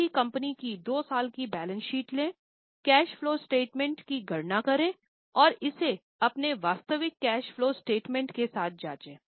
किसी भी कंपनी की 2 साल की बैलेंस शीट लें कैश फलो स्टेटमेंट की गणना करें और इसे अपने वास्तविक कैश फलो स्टेटमेंट के साथ जांचें